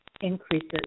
increases